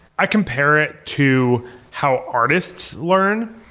i compare it to how artists learn.